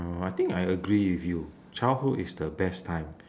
uh I think I agree with you childhood is the best time